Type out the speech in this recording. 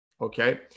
okay